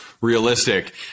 realistic